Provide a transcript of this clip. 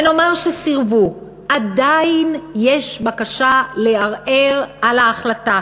ונאמר שסירבו, עדיין יש בקשה לערער על ההחלטה